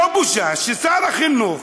לא בושה ששר החינוך,